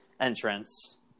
entrance